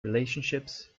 relationships